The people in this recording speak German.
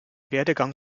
werdegang